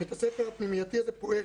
בית הספר הפנימייתי הזה פועל.